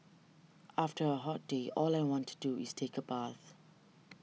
after a hot day all I want to do is take a bath